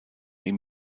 ihm